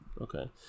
Okay